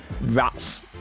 rats